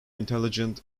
intelligent